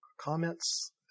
comments